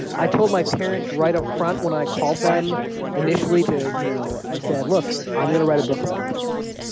i told my parents right up front when i called them initially to, you know i said, look i'm going to write a book about this